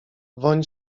woń